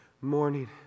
morning